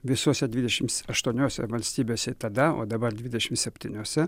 visose dvidešimts aštuoniose valstybėse tada o dabar dvidešimt septyniose